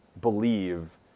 believe